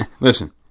listen